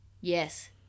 Yes